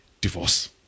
divorce